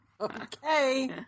Okay